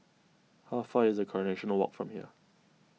how far away is Coronation Walk from here